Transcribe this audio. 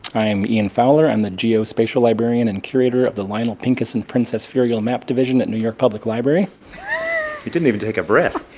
i am ian fowler. i'm and the geospatial librarian and curator of the lionel pincus and princess firyal map division at new york public library he didn't even take a breath